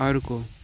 अर्को